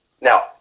Now